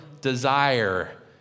desire